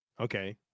Okay